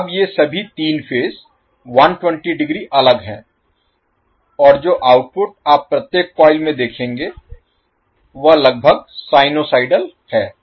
तो अब ये सभी तीन फेज 120 डिग्री अलग हैं और जो आउटपुट आप प्रत्येक कॉइल में देखेंगे वह लगभग साइनसोइडल है